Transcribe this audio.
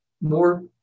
more